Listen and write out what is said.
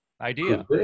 idea